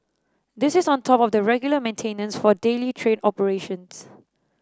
this is on top of the regular maintenance for daily train operations